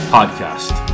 Podcast